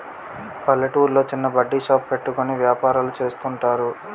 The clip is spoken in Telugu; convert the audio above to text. పల్లెటూర్లో చిన్న బడ్డీ షాప్ పెట్టుకుని వ్యాపారాలు చేస్తుంటారు